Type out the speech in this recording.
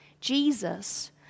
Jesus